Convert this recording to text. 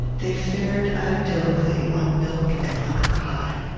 they fared idyllically on milk and lemon-pie.